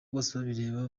bosebabireba